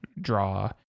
draw